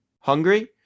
hungry